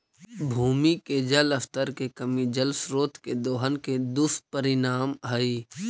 भूमि के जल स्तर के कमी जल स्रोत के दोहन के दुष्परिणाम हई